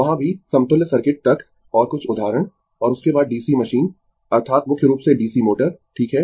वहाँ भी समतुल्य सर्किट तक और कुछ उदाहरण और उसके बाद DC मशीन अर्थात मुख्य रूप से DC मोटर ठीक है